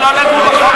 לא נגעו בחוק הזה.